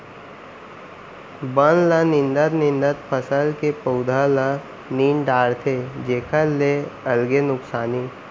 बन ल निंदत निंदत फसल के पउधा ल नींद डारथे जेखर ले अलगे नुकसानी